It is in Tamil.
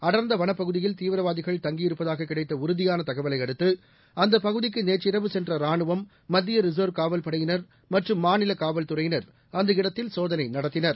அடர்ந்த வனப்பகுதியில் தீவிரவாதிகள் தங்கியிருப்பதாக கிடைத்த உறுதியான தகவலை அடுத்து அந்தப் பகுதிக்கு நேற்றீரவு சென்ற ராணுவம் மத்திய ரிசர்வ் காவல் படையினர் மற்றும் மாநில காவல்துறையினர் அந்த இடத்தில் சோதனை நடத்தினர்